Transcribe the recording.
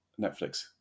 Netflix